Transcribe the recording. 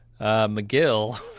McGill